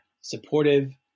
supportive